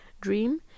dream